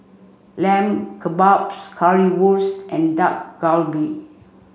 Lamb Kebabs Currywurst and Dak Galbi